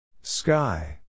Sky